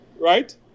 right